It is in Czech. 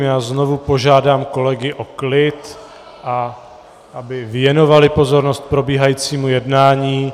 Já znovu požádám kolegy o klid, aby věnovali pozornost probíhajícímu jednání.